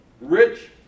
Rich